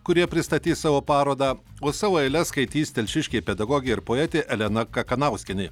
kurie pristatys savo parodą o savo eiles skaitys telšiškė pedagogė ir poetė elena kakanauskienė